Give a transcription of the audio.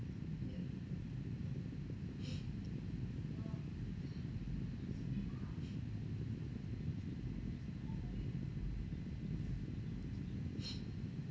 ya